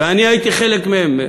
ואני הייתי חלק מהן,